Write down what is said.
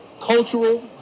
Cultural